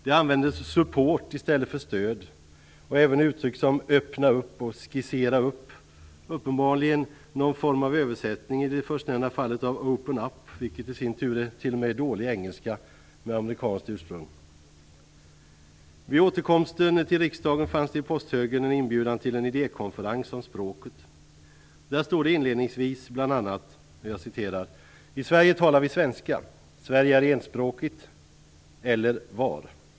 Det användes support i stället för stöd, och även uttryck som "öppna upp" och "skissera upp" - det första är uppenbarligen någon form av översättning av open up, vilket i sin tur t.o.m. är dålig engelska med amerikanskt ursprung. Vid återkomsten till riksdagen fann jag i posthögen en inbjudan till en idékonferens om språket. Där står inledningsvis bl.a.: "I Sverige talar vi svenska. Sverige är enspråkigt. Eller var."